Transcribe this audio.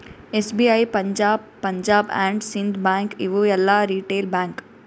SBI, Punjab, Punjab and Sind bank ಇವು ಎಲ್ಲಾ retail bank